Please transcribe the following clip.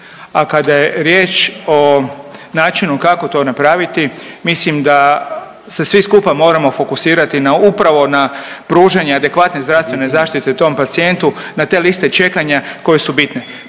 a kada je riječ o načinu kako to napraviti, mislim da se svi skupa moramo fokusirati na upravo na pružanje adekvatne zdravstvene zaštite tom pacijentu, na te liste čekanja koje su bitne.